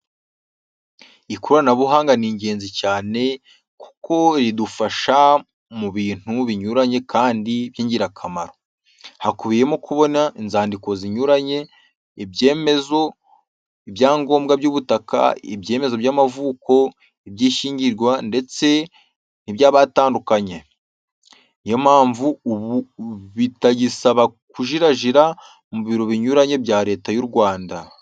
Ikoranabuhanga ni ingenzi cyane, koko ridufasha mu bintu binyuranye kandi byingirakamaro. Hakubiyemo kubona inzandiko zinyuranye, ibyemezo, ibyangombwa by'ubutaka, ibyemezo by'amavuko, iby'ishyingirwa ndetse n'iby'abatandukanye. Ni yo mpamvu ubu bitagisaba kujirajira mu biro binyuranye bya Leta y'u Rwanda.